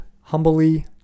Humbly